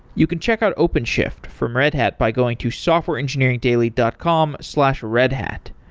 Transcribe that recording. you can check out openshift from red hat by going to softwareengineeringdaily dot com slash redhat.